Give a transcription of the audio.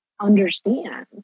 understand